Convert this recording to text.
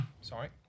Sorry